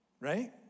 right